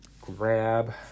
grab